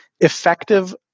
Effective